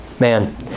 Man